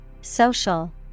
Social